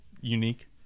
unique